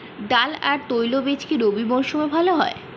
ডাল আর তৈলবীজ কি রবি মরশুমে ভালো হয়?